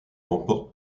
remporte